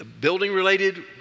building-related